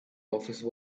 office